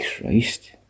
Christ